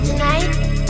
Tonight